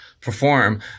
perform